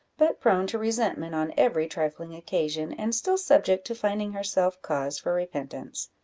but prone to resentment on every trifling occasion, and still subject to finding herself cause for repentance.